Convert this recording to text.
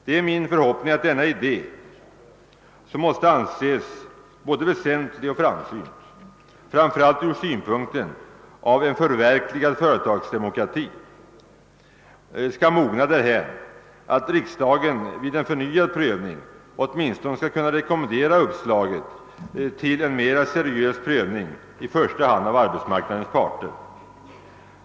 Det är min förhoppning att denna idé, som måste anses vara både väsentlig och framsynt speciellt ur synpunkten av en förverkligad företagsdemokrati, skall mogna därhän att riksdagen vid en förnyad prövning åtminstone skall kunna rekommendera uppslaget till en mera seriös prövning av i första hand arbetsmarknadens parter. Herr talman!